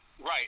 Right